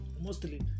Mostly